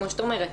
כמו שאת אומרת,